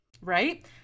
Right